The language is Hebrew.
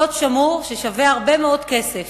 סוד שמור ששווה הרבה מאוד כסף,